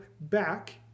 back